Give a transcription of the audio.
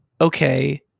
okay